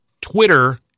Twitter